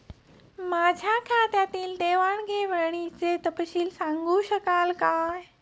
माझ्या खात्यातील देवाणघेवाणीचा तपशील सांगू शकाल काय?